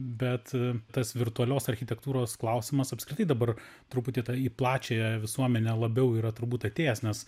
bet tas virtualios architektūros klausimas apskritai dabar truputį į plačiąją visuomenę labiau yra turbūt atėjęs nes